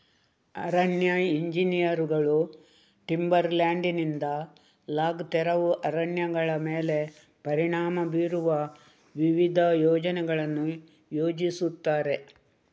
ಅರಣ್ಯ ಎಂಜಿನಿಯರುಗಳು ಟಿಂಬರ್ ಲ್ಯಾಂಡಿನಿಂದ ಲಾಗ್ ತೆರವು ಅರಣ್ಯಗಳ ಮೇಲೆ ಪರಿಣಾಮ ಬೀರುವ ವಿವಿಧ ಯೋಜನೆಗಳನ್ನು ಯೋಜಿಸುತ್ತಾರೆ